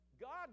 God